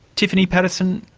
tiffany paterson,